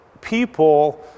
people